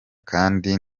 kandi